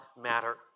matter